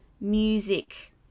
music